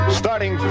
starting